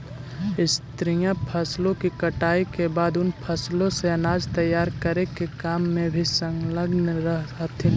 स्त्रियां फसलों की कटाई के बाद उन फसलों से अनाज तैयार करे के काम में भी संलग्न रह हथीन